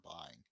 buying